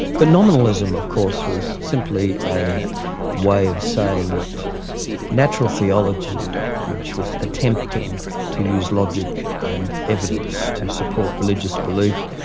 but nominalism of course was simply a way of saying that natural theology, which was attempting to use logic and evidence to support religious belief,